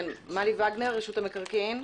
מלי וגנר, רשות המקרקעין.